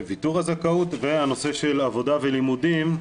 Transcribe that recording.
ויתור הזכאות והנושא של עבודה ולימודים,